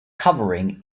covering